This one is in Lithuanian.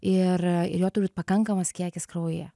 ir ir jo turi būt pakankamas kiekis kraujyje